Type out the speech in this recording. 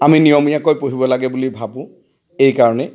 আমি নিয়মীয়াকৈ পঢ়িব লাগে বুলি ভাবোঁ এইকাৰণেই